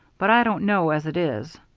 but i don't know as it is.